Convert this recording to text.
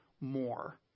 more